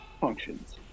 functions